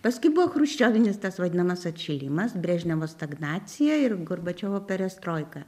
paskui buvo chruščiovinis tas vadinamas atšilimas brežnevo stagnacija ir gorbačiovo perestroika